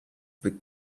but